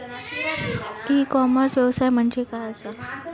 E commerce व्यवसाय म्हणजे काय असा?